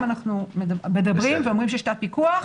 אנחנו מדברים ואומרים שיש את הפיקוח,